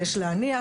יש להניח,